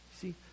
See